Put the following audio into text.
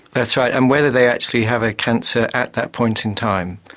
that's right, and whether they actually have a cancer at that point in time.